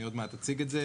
עוד מעט אציג את זה,